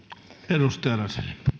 arvoisa